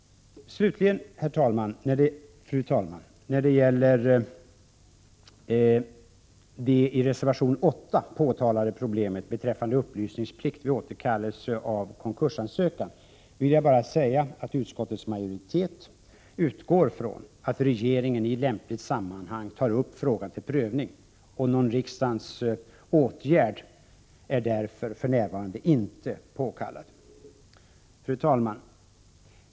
När det slutligen, fru talman, gäller det i reservation 8 påtalade problemet beträffande upplysningsplikt vid återkallelse av konkursansökan vill jag bara säga att utskottsmajoriteten utgår ifrån att regeringen i lämpligt sammanhang tar upp frågan till prövning. Någon riksdagens åtgärd är därför för närvarande inte påkallad. Fru talman!